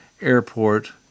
Airport